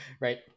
right